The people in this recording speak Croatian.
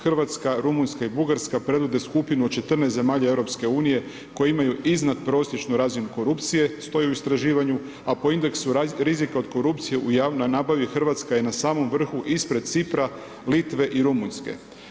Hrvatska, Rumunjska i Bugarska predvode skupinu od 14 zemalja EU, koji imaju iznad prosječnu razinu korupcije stoji u istraživanju, a po indeksu rizika od korupcije u javnoj nabavi, Hrvatska je na samom vrhu ispred Cipra, Litve i Rumunjske.